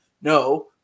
No